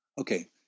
Okay